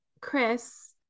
Chris